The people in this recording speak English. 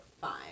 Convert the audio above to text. fine